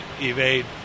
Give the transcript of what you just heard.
evade